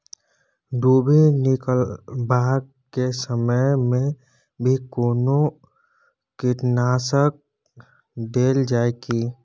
दुभी निकलबाक के समय मे भी कोनो कीटनाशक देल जाय की?